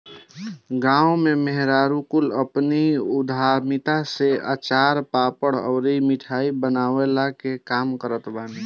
गांव में मेहरारू कुल अपनी उद्यमिता से अचार, पापड़ अउरी मिठाई बनवला के काम करत बानी